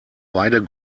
beide